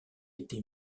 été